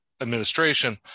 administration